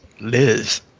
Liz